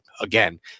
again